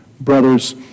brothers